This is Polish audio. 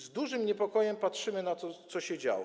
Z dużym niepokojem patrzymy na to, co się działo.